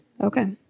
Okay